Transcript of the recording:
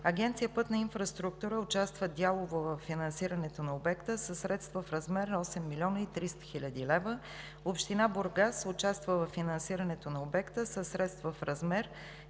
Агенция „Пътна инфраструктура“ участва дялово във финансирането на обекта със средства в размер на 8 млн. 300 хил. лв., община Бургас участва във финансирането на обекта със средства в размер